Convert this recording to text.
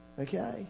Okay